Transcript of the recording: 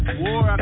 war